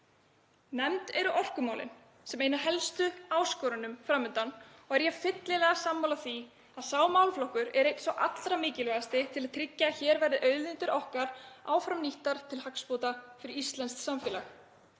Nefnd eru orkumálin sem ein af helstu áskorunum fram undan og er ég fyllilega sammála því að sá málaflokkur er einn sá allra mikilvægasti til að tryggja að hér verði auðlindir okkar áfram nýttar til hagsbóta fyrir íslenskt samfélag.